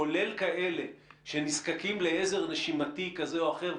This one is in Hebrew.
כולל כאלה שנזקקים לעזר נשימתי כזה או אחר,